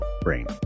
brain